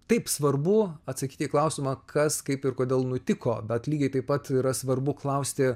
taip svarbu atsakyti į klausimą kas kaip ir kodėl nutiko bet lygiai taip pat yra svarbu klausti